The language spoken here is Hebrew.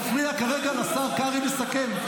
אתה מפריע כרגע לשר קרעי לסכם.